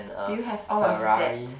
do you have all of that